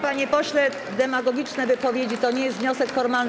Panie pośle, demagogiczne wypowiedzi to nie jest wniosek formalny.